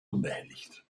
unbehelligt